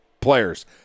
players